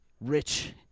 rich